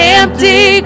empty